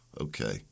Okay